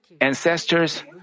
ancestors